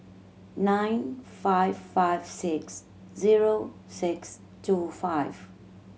nine five five six zero six two five